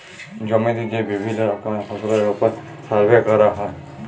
জমিতে যে বিভিল্য রকমের ফসলের ওপর সার্ভে ক্যরা হ্যয়